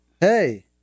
Hey